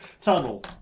tunnel